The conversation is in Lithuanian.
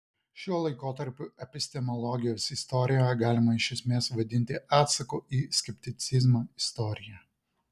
šiuo laikotarpiu epistemologijos istoriją galima iš esmės vadinti atsako į skepticizmą istorija